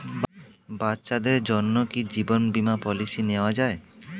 বাচ্চাদের জন্য কি জীবন বীমা পলিসি নেওয়া যায়?